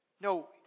No